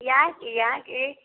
यहाँके यहाँके